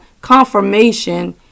confirmation